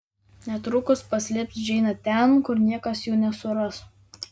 netrukus paslėps džeinę ten kur niekas jų nesuras